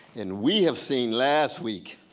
and we have seen, last week,